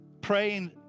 praying